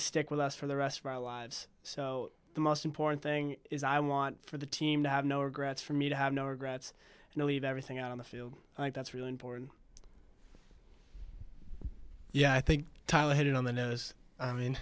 to stick with us for the rest of our lives so the most important thing is i want for the team to have no regrets for me to have no regrets and leave everything out on the field that's really important yeah i think tyler had it on the notice i mean